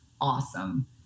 awesome